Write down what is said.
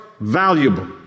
Valuable